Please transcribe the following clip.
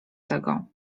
tego